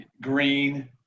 green